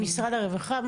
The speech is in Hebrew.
ממשרד הרווחה?